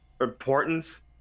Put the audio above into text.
importance